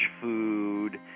food